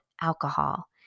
alcohol